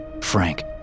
Frank